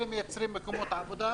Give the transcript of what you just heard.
הם מייצרים מקומות עבודה.